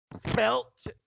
felt